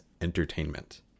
entertainment